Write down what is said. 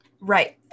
Right